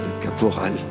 caporal